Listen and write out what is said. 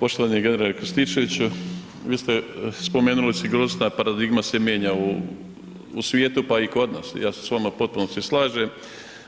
Poštovani generalu Krstičeviću, vi ste spomenuli sigurnosna paradigma se mijenja u svijetu, pa i kod nas, ja se s vama u potpunosti slažem,